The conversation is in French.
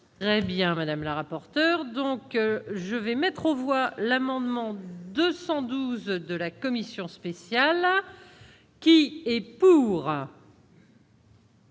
rêve bien madame la rapporte. Auteur, donc je vais mettre aux voix l'amendement 212 de la commission spéciale qui est pour.